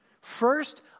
First